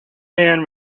man